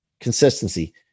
consistency